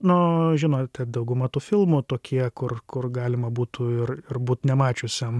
no žinote dauguma tų filmų tokie kur kur galima būtų ir ir būt nemačiusiam